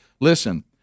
Listen